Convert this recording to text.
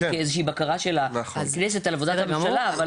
כאיזושהי בקרה של הכנסת על עבודת הממשלה.